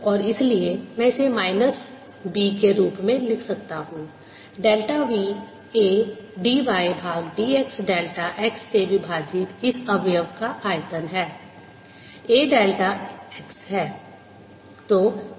और इसलिए मैं इसे माइनस B के रूप में लिख सकता हूं डेल्टा v A dy भाग dx डेल्टा x से विभाजित इस अवयव का आयतन है A डेल्टा x है